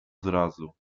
zrazu